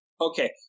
Okay